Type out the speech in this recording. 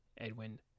Edwin